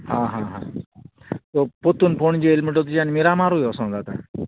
आं हा हा सो पोतून पणजे येयले म्हणटगी तुज्यान मिरामारूय वोसो जाता